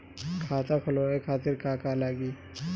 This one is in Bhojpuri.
खाता खोलवाए खातिर का का लागी?